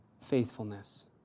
faithfulness